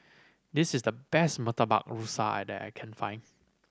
this is the best Murtabak Rusa I that I can find